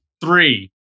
Three